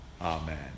Amen